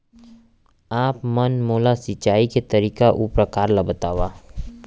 आप मन मोला सिंचाई के तरीका अऊ प्रकार ल बतावव?